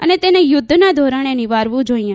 અને તેને યુધ્ધના ધોરણે નીવારવું જોઈએ